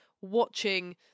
watching